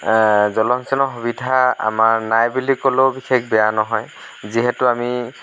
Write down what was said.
জলসিঞ্চনৰ সুবিধা আমাৰ নাই বুলি ক'লেও বিশেষ বেয়া নহয় যিহেতু আমি